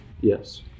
yes